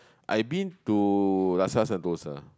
I've been to rasa-sentosa